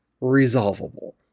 resolvable